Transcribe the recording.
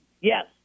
Yes